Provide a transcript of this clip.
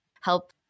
help